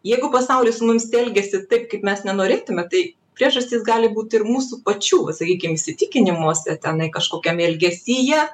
jeigu pasaulis su mumis elgiasi taip kaip mes nenorėtume tai priežastys gali būt ir mūsų pačių vat sakykim įsitikinimuose tenai kažkokiam elgesyje